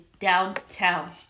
downtown